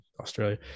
Australia